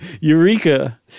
Eureka